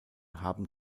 haben